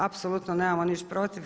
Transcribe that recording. Apsolutno nemamo ništa protiv.